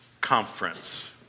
conference